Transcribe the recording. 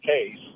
case